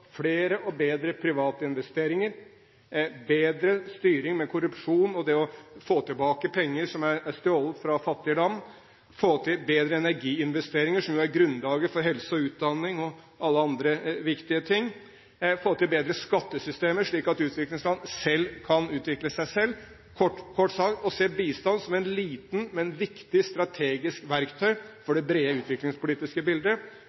flere og bedre private investeringer, bedre styring med korrupsjon og det å få tilbake penger som er stjålet fra fattige land, få til bedre energiinvesteringer, som jo er grunnlaget for helse, utdanning og alle andre viktige ting, få til bedre skattesystemer, slik at utviklingsland kan utvikle seg selv – kort sagt så man bistand som et lite, men viktig strategisk verktøy for det brede utviklingspolitiske bildet.